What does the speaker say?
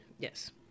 Yes